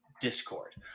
Discord